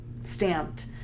stamped